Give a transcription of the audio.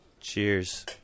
Cheers